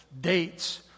dates